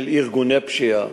של ארגוני פשיעה,